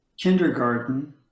kindergarten